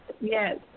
Yes